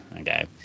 okay